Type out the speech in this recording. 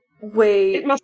Wait